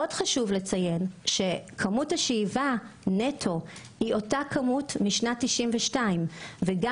עוד חשוב לציין שכמות השאיבה נטו היא אותה הכמות מאז שנת 1992. גם